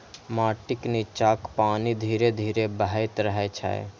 माटिक निच्चाक पानि धीरे धीरे बहैत रहै छै